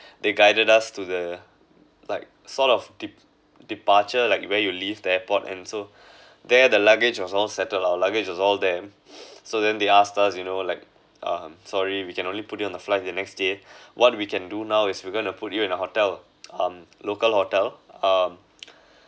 they guided us to the like sort of de~ departure like where you leave the airport and so there the luggage was all settled out luggage was all there so then they asked us you know like um sorry we can only put you on the flight the next day what we can do now is we're going to put you in a hotel um local hotel um